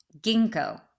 ginkgo